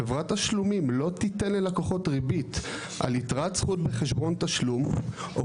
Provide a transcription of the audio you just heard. חברת תשלומים לא תיתן ללקוחות ריבית על יתרת זכות בחשבון תשלום או